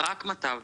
אני שנייה רק אשלים.